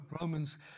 Romans